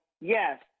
yes